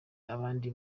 abandi